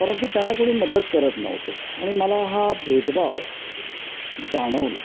परंतु त्यांना कोणी मदत करत नव्हते आणि मला हा भेदभाव जाणवला